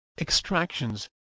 extractions